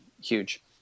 huge